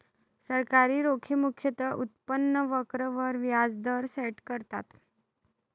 सरकारी रोखे मुख्यतः उत्पन्न वक्र वर व्याज दर सेट करतात